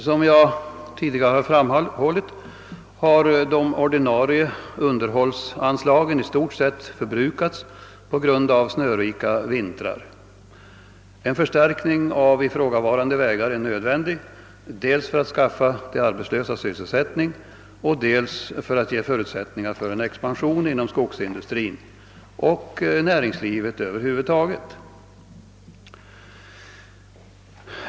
Som jag tidigare har framhållit har de ordinarie underhållsanslagen i stort sett förbrukats på grund av bl.a. snörika vintrar. En förstärkning av ifrågavarande vägar är nödvändig, dels för att skaffa de arbetslösa sysselsättning och dels för att skapa förutsättningar för en expansion inom skogsindustrin och näringslivet över huvud taget.